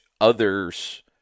other's